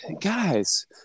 guys